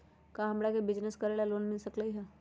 का हमरा के बिजनेस करेला लोन मिल सकलई ह?